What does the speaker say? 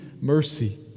mercy